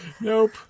Nope